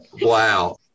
wow